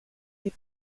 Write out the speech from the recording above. les